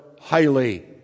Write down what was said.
highly